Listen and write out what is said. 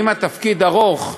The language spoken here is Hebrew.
אם התפקיד ארוך,